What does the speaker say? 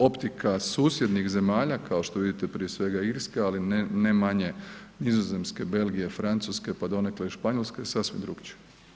Optika susjednih zemalja kao što vidite prije svega Irske, ali ne manje Nizozemske, Belgije, Francuske pa donekle i Španjolske je sasvim drukčija.